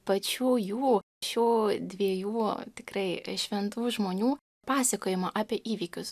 pačių jų šių dviejų tikrai šventų žmonių pasakojimų apie įvykius